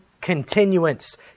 continuance